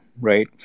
right